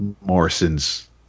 Morrison's